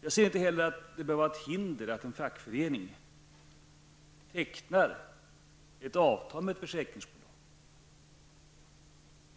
Jag ser inte att det behöver vara något hinder för att en fackförening tecknar ett avtal med ett försäkringsbolag.